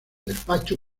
despacho